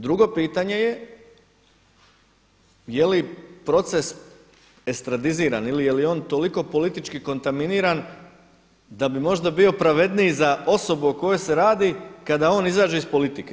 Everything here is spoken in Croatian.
Drugo pitanje je je li proces estradiziran ili je li on toliko politički kontaminiran da bi možda bio pravedniji za osobu o kojoj se radi kada on izađe iz politike.